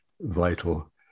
vital